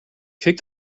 kick